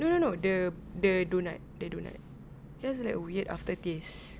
no no no the the doughnut the doughnut it has like weird aftertaste